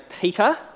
Peter